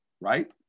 right